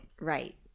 right